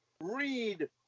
Read